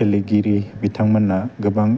गेलेगिरि बिथांमोनहा गोबां